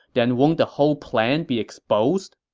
then won't the whole plan be exposed?